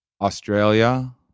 Australia